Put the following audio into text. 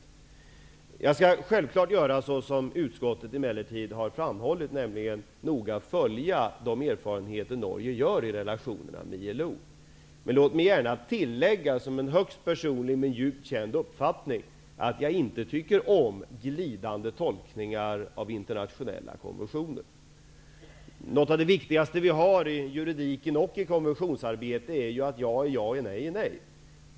Självfallet skall jag emellertid göra som utskottet har skrivit, nämligen noga följa de erfarenheter som Norge gör i relationerna med ILO. Men låt mig gärna tillägga som en högst personlig men djupt känd uppfattning, att jag inte tycker om glidande tolkningar av internationella konventioner. Något av det viktigaste vi har i juridiken och i konventionsarbete är ju att ja är ja och nej är nej.